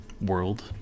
world